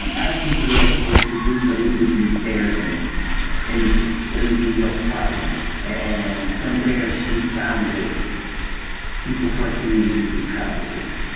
um access the ha to do some meters repairs in the in the apartments and from there she founded people for community recovery.